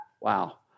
wow